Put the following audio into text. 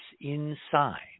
inside